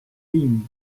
thin